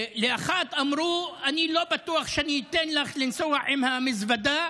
לאחת אמרו: אני לא בטוח שאני אתן לך לנסוע עם המזוודה,